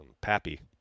pappy